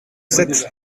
sept